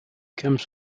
comes